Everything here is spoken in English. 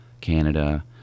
Canada